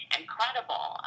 incredible